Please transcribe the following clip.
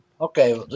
Okay